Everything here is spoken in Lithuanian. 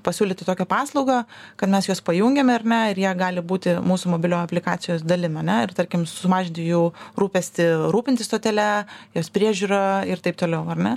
pasiūlyti tokią paslaugą kad mes juos pajungiame ar ne ir jie gali būti mūsų mobilioj aplikacijos dalim ar ne ir tarkim sumažinti jų rūpestį rūpintis stotele jos priežiūra ir taip toliau ar ne